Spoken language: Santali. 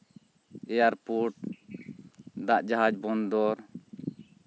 ᱮᱭᱟᱨᱯᱳᱨᱴ ᱫᱟᱜ ᱡᱟᱦᱟᱡ ᱵᱚᱱᱫᱚᱨ